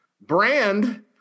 brand